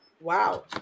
wow